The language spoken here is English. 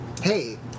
Hey